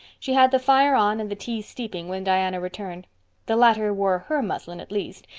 she had the fire on and the tea steeping when diana returned the latter wore her muslin, at least,